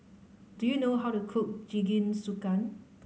do you know how to cook Jingisukan